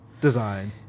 design